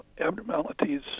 abnormalities